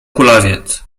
kulawiec